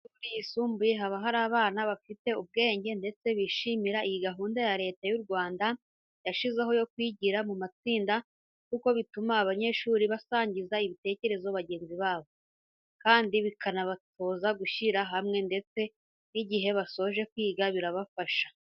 Mu mashuri yisumbuye haba hari abana bafite ubwenge ndetse bishimira iyi gahunda Leta y'u Rwanda yashyizeho yo kwigira mu matsinda kuko bituma abanyeshuri basangiza ibitekerezo bagenzi babo, kandi bikanabatoza gushyira hamwe ndetse n'igihe basoje kwiga birabafasha.